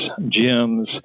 gyms